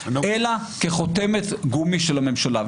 אלא כחותמת גומי של הממשלה.